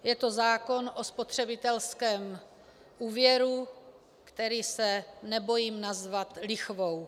Je to zákon o spotřebitelském úvěru, který se nebojím nazvat lichvou.